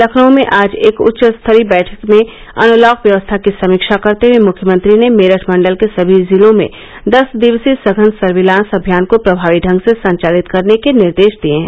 लखनऊ में आज एक उच्च स्तरीय बैठक में अनलॉक व्यवस्था की समीक्षा करते हए मुख्यमंत्री ने मेरठ मंडल के समी जिलों में दस दिक्तीय सघन सर्विलांस अभियान को प्रभावी ढंग से संचालित करने के निर्देश दिए हैं